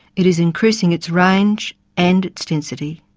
it is increasing its range and its density.